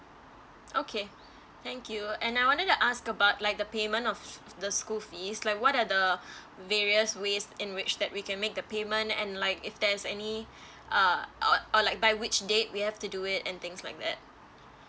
okay thank you and I wanted to ask about like the payment of the school fee like what are the various ways in which that we can make the payment and like if there's any uh uh or like by which date we have to do it and things like that